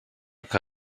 que